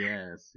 Yes